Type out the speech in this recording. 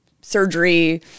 surgery